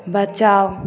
बचाउ